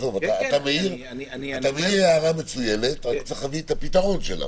אתה מעיר הערה מצוינת, רק צריך להביא את הפתרון.